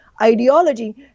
ideology